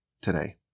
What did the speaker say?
today